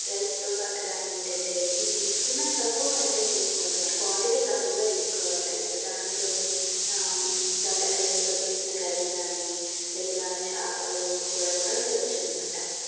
రైస్తో పాటుగా ఏంటంటే తీసుకున్న తక్కువ కంటెంట్ తీసుకోవాలి అనమాట క్వాంటిటీ తక్కువగా తీసుకోవాలి రైస్ దానిలో దొండకాయతో చేసిన కర్రీ కానీ లేదా చేపల కూర కూడా తినొచ్చు అనమాట